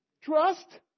Trust